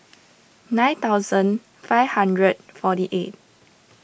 nine thousand five hundred forty eight